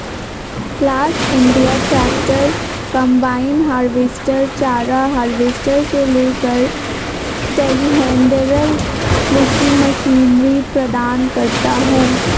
class India tractor, combine harvester, चारा harvester से लेकर टेलीहैंडलर कृषि मशीनरी प्रदान करता है